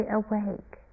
awake